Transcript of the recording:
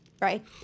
Right